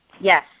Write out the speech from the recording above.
Yes